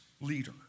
leader